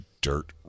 Dirt